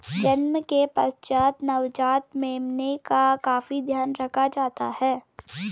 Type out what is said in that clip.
जन्म के पश्चात नवजात मेमने का काफी ध्यान रखा जाता है